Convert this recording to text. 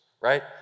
right